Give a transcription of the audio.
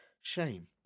shame